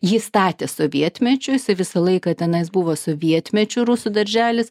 jį statė sovietmečiu jisai visą laiką tenais buvo sovietmečiu rusų darželis